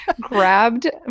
grabbed